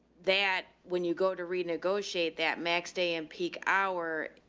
that when you go to renegotiate that max day and peak hour,